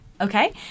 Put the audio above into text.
Okay